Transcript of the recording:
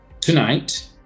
tonight